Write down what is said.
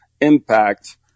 impact